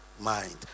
mind